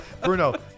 Bruno